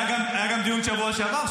היה גם היה גם דיון בשבוע שעבר.